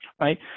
right